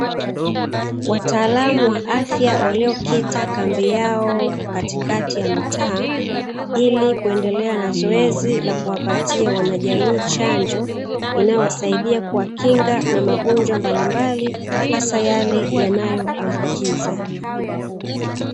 Wataalamu wa afya, waliokita kambi yao katikati ya mitaa ili kuendelea na zoezi la kuwapatia wanajamii chanjo inayowasaidia kuwakinga na magonjwa mbalimbali hasa yale yanayoambukiza.